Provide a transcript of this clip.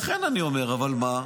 לכן אני אומר, אבל מה,